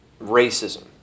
racism